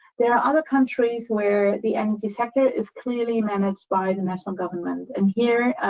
there are other countries where the energy sector is clearly managed by the national government, and here,